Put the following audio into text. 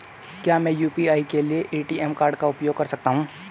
क्या मैं यू.पी.आई के लिए ए.टी.एम कार्ड का उपयोग कर सकता हूँ?